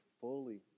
fully